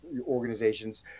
organizations